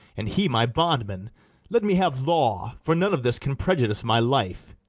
and he my bondman let me have law for none of this can prejudice my life.